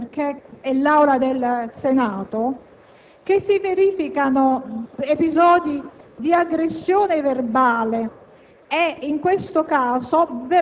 che merita davvero rispetto perché è l'Aula del Senato - si verificano episodi di aggressione verbale.